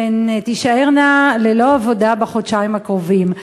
והן תישארנה ללא עבודה בחודשיים הקרובים.